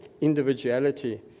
individuality